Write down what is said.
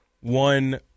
one